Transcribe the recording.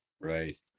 Right